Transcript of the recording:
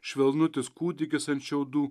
švelnutis kūdikis ant šiaudų